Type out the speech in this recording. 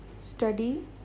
Study